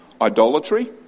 Idolatry